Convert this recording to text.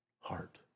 heart